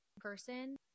person